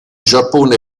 giappone